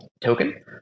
token